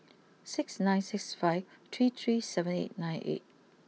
six nine six five three three seven eight nine eight